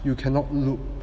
you cannot loop